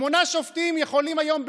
שמונה שופטים יכולים היום,